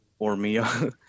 Ormia